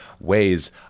ways